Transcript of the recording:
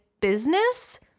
business